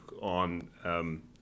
on